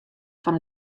fan